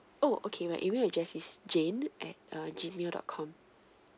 oh okay my email address is jane at uh G mail dot com